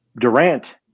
Durant